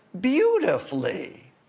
beautifully